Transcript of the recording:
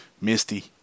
Misty